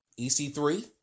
EC3